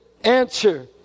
Answer